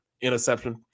interception